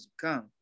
come